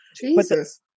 jesus